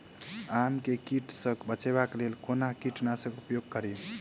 आम केँ कीट सऽ बचेबाक लेल कोना कीट नाशक उपयोग करि?